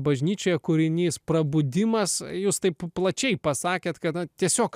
bažnyčioje kūrinys prabudimas jūs taip plačiai pasakėte kad tiesiog